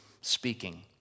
speaking